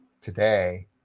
today